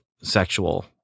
sexual